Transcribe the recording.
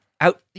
out